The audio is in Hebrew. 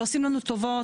ועושים לנו טובות.